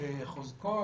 חזקות,